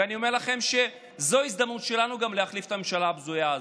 ואני אומר לכם שזו ההזדמנות שלנו להחליף את הממשלה הבזויה הזאת.